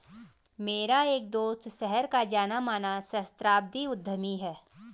मेरा एक दोस्त शहर का जाना माना सहस्त्राब्दी उद्यमी है